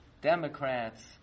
Democrats